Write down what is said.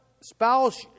spouse